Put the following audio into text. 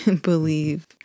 believe